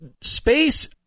space